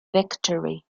victory